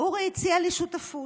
אורי הציע לי שותפות.